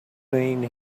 mean